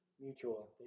Mutual